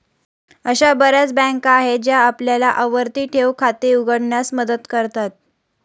अशा बर्याच बँका आहेत ज्या आपल्याला आवर्ती ठेव खाते उघडण्यास मदत करतात